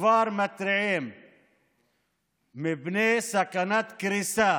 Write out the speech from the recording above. כבר מתריעים מפני סכנת קריסה